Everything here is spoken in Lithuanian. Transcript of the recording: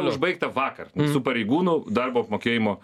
užbaigta vakar su pareigūnų darbo apmokėjimo